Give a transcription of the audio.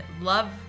love